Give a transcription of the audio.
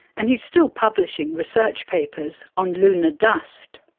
and he's still publishing research papers on lunar dust.